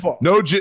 No